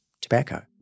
tobacco